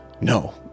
No